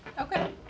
Okay